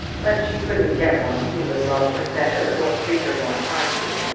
but she couldn't get one who would love her better or treat her more kindly.